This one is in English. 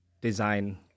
design